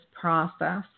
process